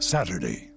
Saturday